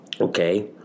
Okay